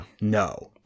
No